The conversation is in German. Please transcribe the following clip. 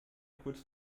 kurz